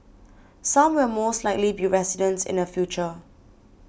some will most likely be residents in the future